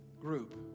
group